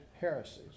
heresies